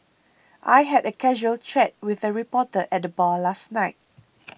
I had a casual chat with a reporter at the bar last night